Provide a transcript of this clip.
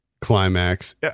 Climax